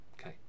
Okay